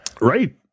Right